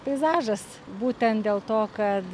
peizažas būtent dėl to kad